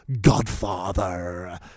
godfather